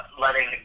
letting